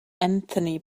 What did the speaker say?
anthony